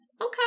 Okay